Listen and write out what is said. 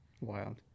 Wild